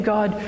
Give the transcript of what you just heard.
God